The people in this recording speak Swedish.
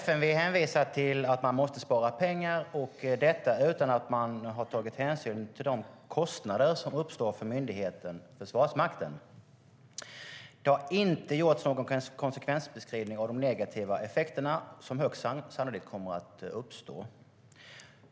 FMV hänvisar till att man måste spara pengar, detta utan att ha tagit hänsyn till de kostnader som uppstår för myndigheten Försvarsmakten. Det har inte gjorts någon konsekvensbeskrivning av de negativa effekterna som högst sannolikt kommer att uppstå.